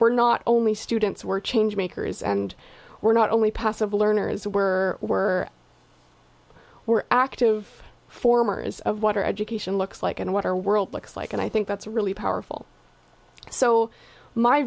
where not only students were change makers and were not only passive learners were were we're active formers of water education looks like and what our world looks like and i think that's really powerful so my